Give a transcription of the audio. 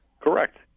Correct